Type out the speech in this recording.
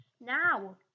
now